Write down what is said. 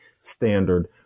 standard